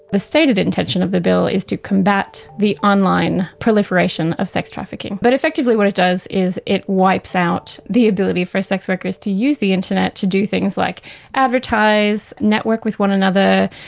the stated intention of the bill is to combat the online proliferation of sex trafficking. but effectively what it does is it wipes out the ability for sex workers to use the internet to do things like advertise, network with one another,